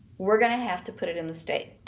we're gonna have to put it in the state.